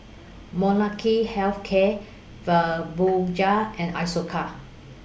Molnylcke Health Care Fibogel and Isocal